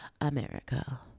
America